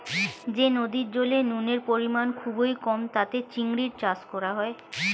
যে নদীর জলে নুনের পরিমাণ খুবই কম তাতে চিংড়ির চাষ করা হয়